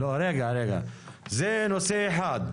רגע, זה נושא אחד.